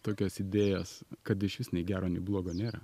tokias idėjas kad iš vis nei gero nei blogo nėra